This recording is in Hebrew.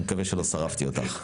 אני מקווה שלא שרפתי אותך.